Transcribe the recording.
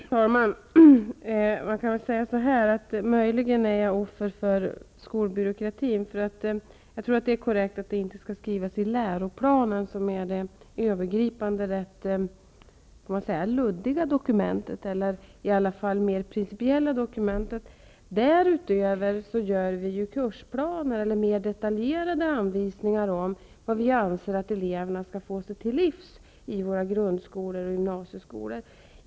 Herr talman! Jag kan säga så här: Möjligen är jag offer för skolbyråkratin, men jag tror att det är korrekt att det inte skall skrivas in i läroplanen, som är det övergripande dokumentet, eller i alla fall det mera principiella dokumentet. Därutöver upprättar vi kursplaner och mera detaljerade an visningar om vad vi anser att eleverna bör få sig till livs i våra grundskolor och gymnasieskolor.